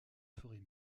forêt